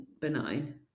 benign